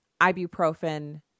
ibuprofen